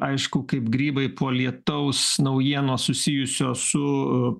aišku kaip grybai po lietaus naujienos susijusios su